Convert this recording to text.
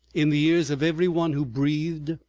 in the ears of every one who breathed,